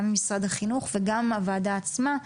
גם ממשרד החינוך וגם הוועדה עצמה.